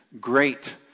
great